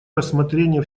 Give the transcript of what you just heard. рассмотрение